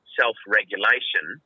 self-regulation